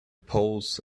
poles